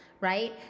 right